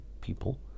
people